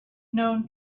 known